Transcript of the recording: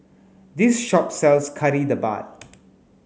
this shop sells Kari Debal